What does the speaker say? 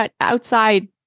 outside